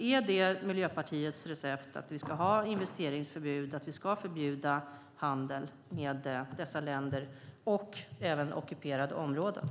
Är Miljöpartiets recept att vi ska ha investeringsförbud och förbjuda handel med dessa länder liksom med ockuperade områden?